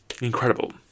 Incredible